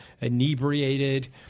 inebriated